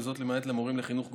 וזאת למעט מורים לחינוך גופני,